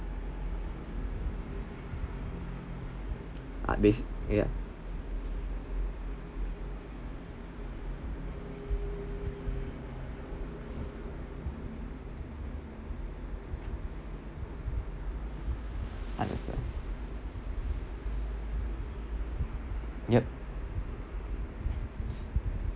ah basica~ ya understand yup